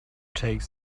take